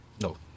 no